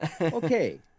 Okay